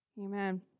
amen